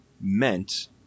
meant